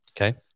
Okay